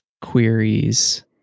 queries